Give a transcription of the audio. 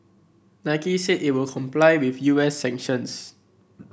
Nike said it would comply with U S sanctions